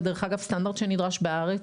זה דרך אגב סטנדרט שנדרש בארץ,